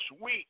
sweet